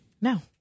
No